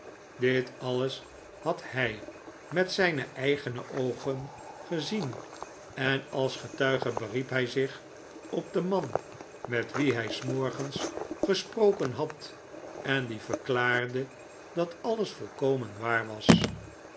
dit alles had hij met zijne eigene oogen gezien en als getuige beriep hij zich op den man met wien hij s morgens gesproken had en die verklaarde dat alles volkomen waar was